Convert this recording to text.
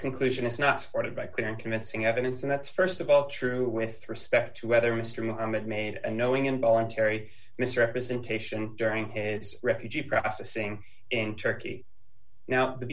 conclusion it's not frighted by clear and convincing evidence and that's st of all true with respect to whether mr mohammed made and knowing involuntary misrepresentation during paid refugee processing in turkey now t